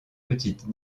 petite